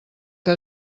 que